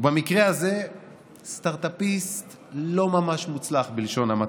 במקרה הזה סטרטאפיסט לא ממש מוצלח, בלשון המעטה.